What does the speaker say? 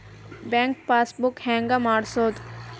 Bank passbook ಹೆಂಗ್ ಮಾಡ್ಸೋದು?